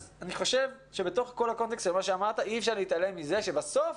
אני חושב שבתוך כל הדברים שאמרת אי אפשר להתעלם מזה שבסוף